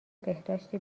بهداشت